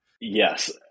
Yes